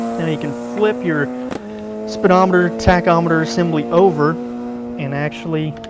now you can flip your speedometer, tachometer assembly over and actually